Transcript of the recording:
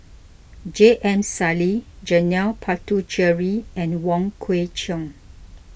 J M Sali Janil Puthucheary and Wong Kwei Cheong